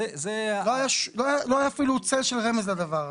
לא היה אפילו צל של רמז לדבר הזה.